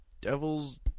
Devil's